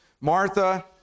Martha